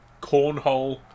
Cornhole